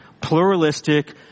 pluralistic